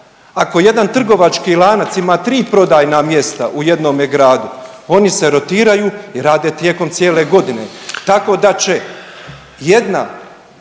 Ako jedan trgovački lanac ima 3 prodajna mjesta u jednome gradu oni se rotiraju i rade tijekom cijele godine.